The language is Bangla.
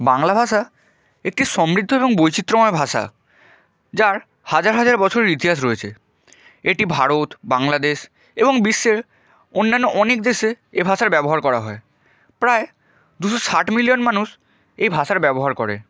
বাংলা ভাষা একটি সমৃদ্ধ এবং বৈচিত্র্যময় ভাষা যার হাজার হাজার বছরের ইতিহাস রয়েছে এটি ভারত বাংলাদেশ এবং বিশ্বের অন্যান্য অনেক দেশে এ ভাষার ব্যবহার করা হয় প্রায় দুশো ষাট মিলিয়ন মানুষ এই ভাষার ব্যবহার করে